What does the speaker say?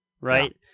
right